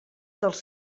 dels